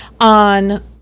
on